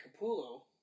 Capullo